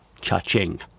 cha-ching